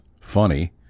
funny